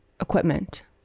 equipment